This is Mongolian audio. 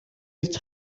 ирж